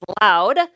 loud